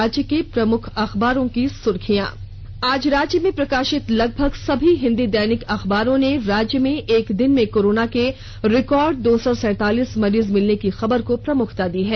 राज्य के प्रमुख अखबारों की सुर्खियां आज राज्य में प्रकाशित लगभग सभी हिंदी अखबारों ने राज्य में एक दिन में रिकार्ड दो सौ सैंतालिस मरीज मिलने की खबर को प्रमुखता दी है